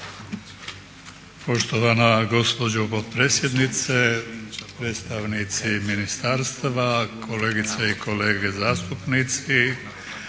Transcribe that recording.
Poštovana gospođo potpredsjednice, predstavnici ministarstva, kolegice i kolege zastupnici.